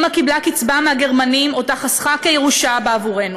אימא קיבלה קצבה מהגרמנים ואותה חסכה כירושה בעבורנו.